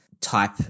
type